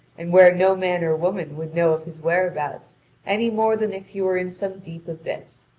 and where no man or woman would know of his whereabouts any more than if he were in some deep abyss.